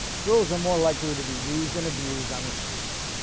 girls are more likely to be used and abused on the streets.